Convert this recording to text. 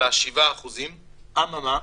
על 7%. אלא מה?